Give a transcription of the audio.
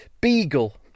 beagle